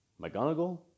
McGonagall